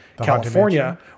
California